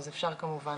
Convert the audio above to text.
אז אפשר גם כמובן.